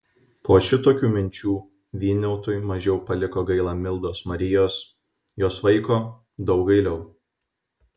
po šitokių minčių vyniautui mažiau paliko gaila mildos marijos jos vaiko daug gailiau